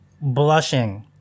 blushing